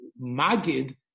magid